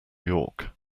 york